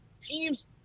teams